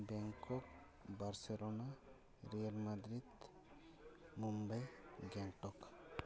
Bangkok Barcelona real madrid Mumbai Gangtok